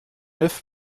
oeuf